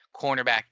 cornerback